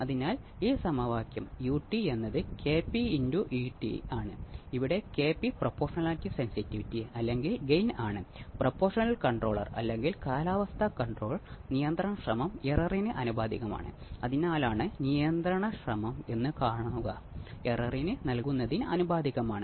അതിനാൽ ഈ നൂറ്റി എൺപത് ഡിഗ്രി ഫേസ് ഷിഫ്റ്റ് എന്റെ ആർസി നെറ്റ്വർക്കിന് നൽകിയിട്ടുണ്ട്